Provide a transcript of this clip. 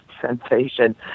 sensation